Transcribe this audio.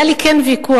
היה לי כן ויכוח,